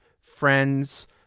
friends